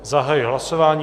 Zahajuji hlasování.